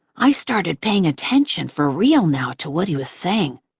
i started paying attention, for real now, to what he was saying.